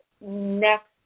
next